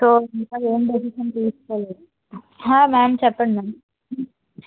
so ఇంకా ఏం decision తీసుకోలేదు మ్యామ్ చెప్పండి మ్యామ్